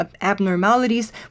abnormalities